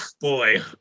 Boy